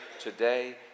today